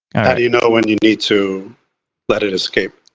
do you know when you need to let it escape?